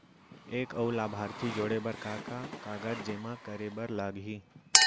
एक अऊ लाभार्थी जोड़े बर का का कागज जेमा करे बर लागही?